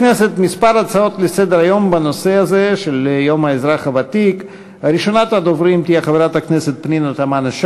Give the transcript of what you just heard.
התשע"ד 2014, לדיון מוקדם בוועדת הכספים נתקבלה.